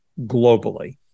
globally